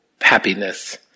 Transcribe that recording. happiness